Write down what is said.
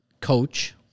coach